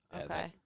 Okay